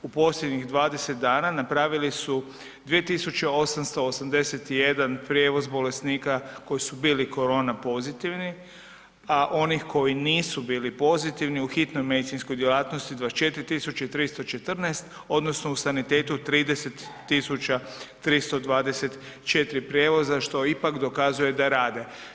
U posljednjih 20 dana napravili su 2.881 prijevoz bolesnika koji su bili korona pozitivni, a onih koji nisu bili pozitivni u hitnoj medicinskoj djelatnosti 24.314 odnosno u sanitetu 30.324 prijevoza što ipak dokazuje da rade.